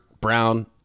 Brown